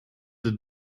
the